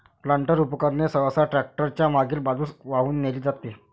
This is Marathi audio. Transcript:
प्लांटर उपकरणे सहसा ट्रॅक्टर च्या मागील बाजूस वाहून नेली जातात